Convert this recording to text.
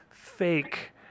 Fake